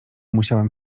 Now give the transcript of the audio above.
musiałem